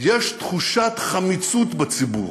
יש תחושת חמיצות בציבור,